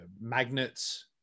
magnets